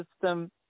system